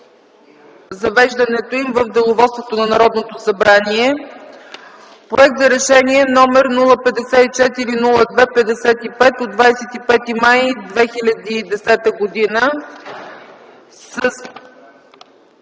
завеждането им в деловодството на Народното събрание, проект за Решение № 054-02-55 от 25 май 2010 г.